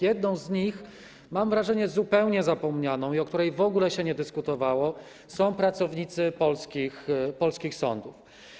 Jedną z nich, mam wrażenie, że zupełnie zapomnianą i o której w ogóle się nie dyskutowało, są pracownicy polskich sądów.